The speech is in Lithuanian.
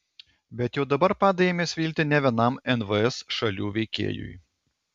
bet jau dabar padai ėmė svilti ne vienam nvs šalių veikėjui